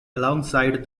alongside